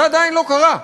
זה עדיין לא קרה.